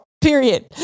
period